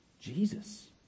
Jesus